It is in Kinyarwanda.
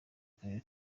karere